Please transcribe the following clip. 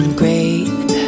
great